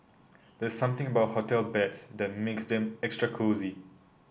there's something about hotel beds that makes them extra cosy